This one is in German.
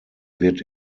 wird